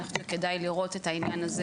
אני חושבת שכדאי לראות את העניין הזה